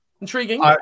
Intriguing